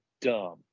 dumb